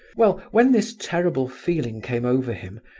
well, when this terrible feeling came over him,